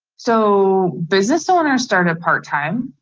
so business owners started part time.